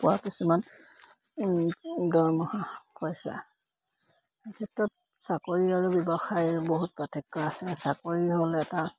পোৱা কিছুমান দৰমহা পইচা এই ক্ষেত্ৰত চাকৰি আৰু ব্যৱসায়ৰ বহুত পাৰ্থক্য আছে চাকৰি হ'লে এটা